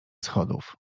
schodów